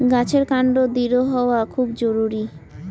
গাছের কান্ড দৃঢ় হওয়া খুব জরুরি